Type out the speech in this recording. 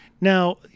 now